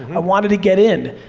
i wanted to get in,